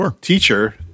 teacher